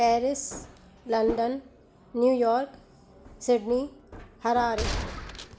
Paris London New York Sydney Harare